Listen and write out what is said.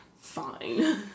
fine